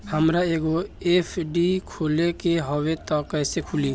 हमरा एगो एफ.डी खोले के हवे त कैसे खुली?